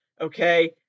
okay